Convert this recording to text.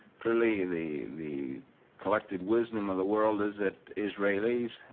clearly the the collected wisdom of the world is that israelis,